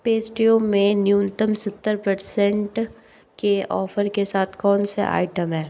पेस्ट्रियों मे न्यूनतम सत्तर परसेंट के ऑफर के साथ कौन से आइटम हैं